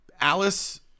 Alice